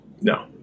No